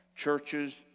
churches